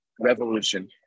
revolution